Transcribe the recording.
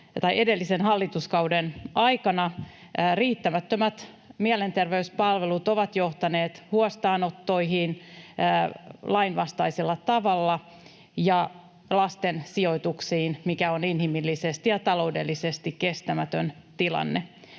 edellisen hallituskauden aikana. Riittämättömät mielenterveyspalvelut ovat johtaneet huostaanottoihin lainvastaisella tavalla ja lasten sijoituksiin, mikä on inhimillisesti ja taloudellisesti kestämätön tilanne.